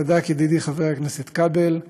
וצדק ידידי חבר הכנסת כבל,